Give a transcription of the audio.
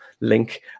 link